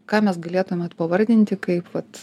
ką mes galėtumėt pavardinti kaip vat